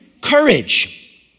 courage